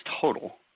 total